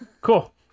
Cool